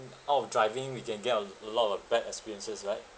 out of driving we can get a lot of bad experiences right